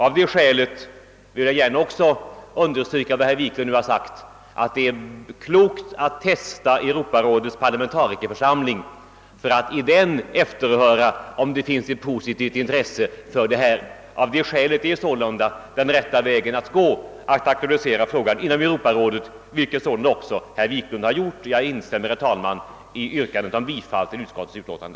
Av det skälet delar jag herr Wiklunds uppfattning, att det är klokt att testa Europarådets parlamentarikerförsamling för att efterhöra om det där finns ett positivt intresse för denna frå ga. Den rätta vägen synes alltså vara att aktualisera frågan inom Europarådet, vilket herr Wiklund också har gjort. Jag instämmer, herr talman, i yrkandet om bifall till utskottets utlåtande.